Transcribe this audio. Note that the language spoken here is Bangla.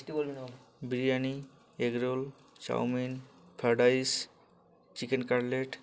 biryani egg roll chowmein fried rice chicken cutlet